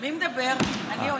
מי מדברת, אני או